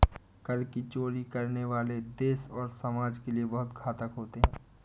कर की चोरी करने वाले देश और समाज के लिए बहुत घातक होते हैं